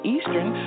Eastern